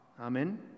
Amen